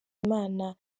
imana